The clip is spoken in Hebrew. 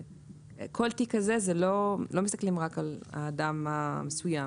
בכל תיק כזה לא מסתכלים רק על האדם המסוים